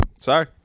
Sorry